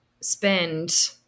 spend